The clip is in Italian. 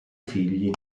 figli